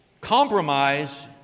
Compromise